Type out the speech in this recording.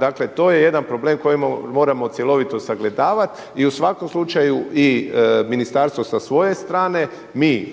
Dakle, to je jedan problem koji moramo cjelovito sagledavat i u svakom slučaju i ministarstvo sa svoje strane, mi